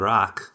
Rock